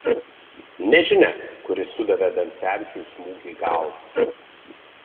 nežinia kuris sudavė dansevičiui smūgį į galvą